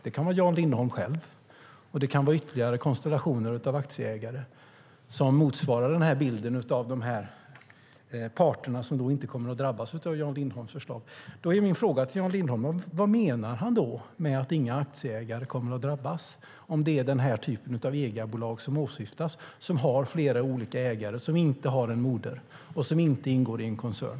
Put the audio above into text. Det kan vara Jan Lindholm själv, och det kan vara ytterligare konstellationer av aktieägare som motsvarar bilden av de parter som alltså inte kommer att drabbas av Jan Lindholms förslag. Då är min fråga: Vad menar Jan Lindholm då med att inga aktieägare kommer att drabbas om det är den här typen av ägarbolag som åsyftas, som har flera olika ägare, som inte har en moder och som inte ingår i en koncern?